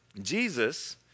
Jesus